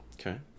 Okay